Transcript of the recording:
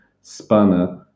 spanner